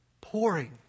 pouring